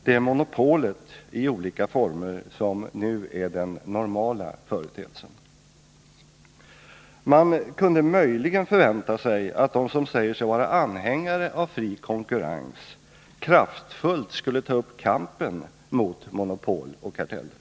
Det är monopolet i olika former som nu är den normala företeelsen. Man kunde möjligen förvänta sig att de som säger sig vara anhängare av fri konkurrens kraftfullt skulle ta upp kampen mot monopol och karteller.